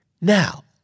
Now